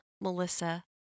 Melissa